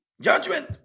judgment